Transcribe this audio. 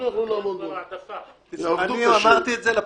אני אמרתי לפרוטוקול.